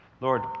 Lord